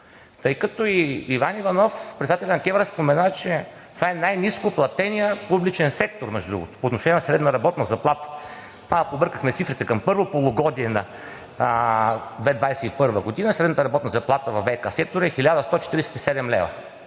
тъй като и Иван Иванов – председателят на КЕВР, спомена, че това е най-ниско платеният публичен сектор по отношение на средна работна заплата. Малко объркахме цифрите. Към първо полугодие на 2021 г. средната работна заплата във ВиК сектора е 1147 лв.,